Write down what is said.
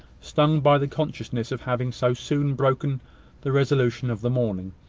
stung by the consciousness of having so soon broken the resolution of the morning,